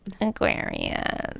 Aquarius